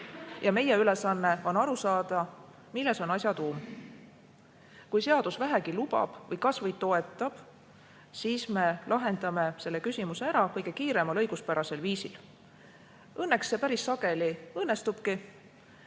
Meie ülesanne on aru saada, milles on asja tuum. Kui seadus vähegi lubab või kas või toetab, siis lahendame selle probleemi kõige kiiremal õiguspärasel viisil. Õnneks see päris sageli õnnestubki.